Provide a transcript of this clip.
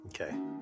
Okay